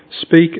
Speak